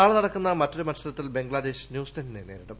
നാളെ നടക്കുന്ന മറ്റൊരു മൽസരത്തിൽ ബംഗ്ലാദേശ് ന്യൂസിലന്റിനെ നേരിടും